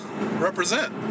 represent